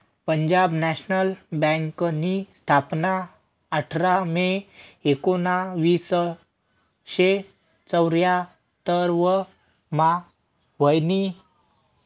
Punjab national बँकनी स्थापना आठरा मे एकोनावीसशे चौर्यान्नव मा व्हयनी